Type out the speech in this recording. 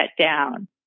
down